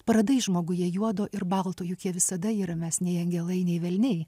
pradai žmoguje juodo ir balto juk jie visada yra mes nei angelai nei velniai